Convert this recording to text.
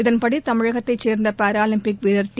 இதன்படி தமிழகத்தைச் சேர்ந்த பாராலிம்பிக் வீரர் டி